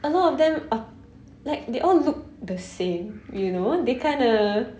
a lot of them are like they all look the same you know they kinda